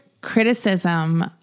criticism